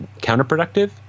counterproductive